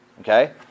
Okay